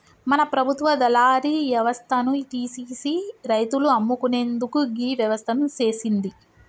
మన ప్రభుత్వ దళారి యవస్థను తీసిసి రైతులు అమ్ముకునేందుకు గీ వ్యవస్థను సేసింది